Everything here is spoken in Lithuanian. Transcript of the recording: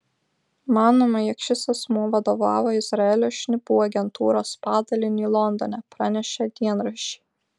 manoma jog šis asmuo vadovavo izraelio šnipų agentūros padaliniui londone pranešė dienraščiai